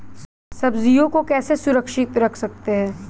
सब्जियों को कैसे सुरक्षित रख सकते हैं?